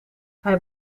hij